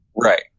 Right